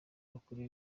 bakuru